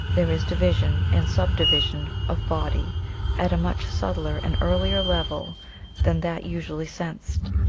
there is division and sub-division of body at a much subtler and earlier level than that usually sensed.